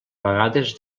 vegades